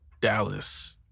Dallas